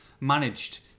managed